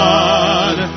God